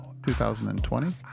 2020